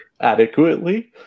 adequately